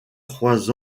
trois